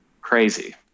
Crazy